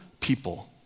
people